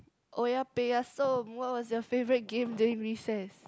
oya-beh-ya-som what was your favourite game during recess